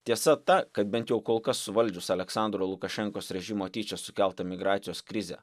tiesa ta kad bent jau kol kas suvaldžius aliaksandro lukašenkos režimo tyčia sukeltą migracijos krizę